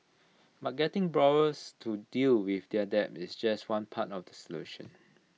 but getting borrowers to deal with their debt is just one part of the solution